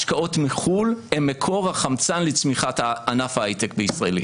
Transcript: השקעות מחוץ לארץ הן מקור החמצן לצמיחת ענף ההיי-טק הישראלי.